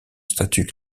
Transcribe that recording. statut